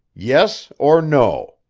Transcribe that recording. yes or no.